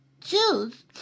choose